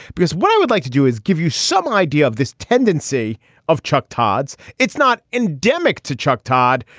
because what i would like to do is give you some idea of this tendency of chuck todd's. it's not endemic to chuck todd,